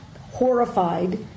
horrified